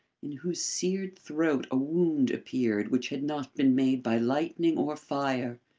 in whose seared throat a wound appeared which had not been made by lightning or fire.